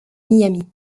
miami